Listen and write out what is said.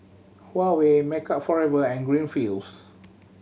Huawei Makeup Forever and Greenfields